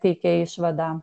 teikia išvadą